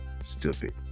stupid